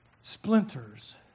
Splinters